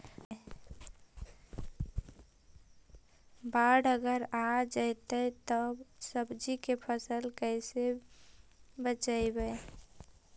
बाढ़ अगर आ जैतै त सब्जी के फ़सल के कैसे बचइबै?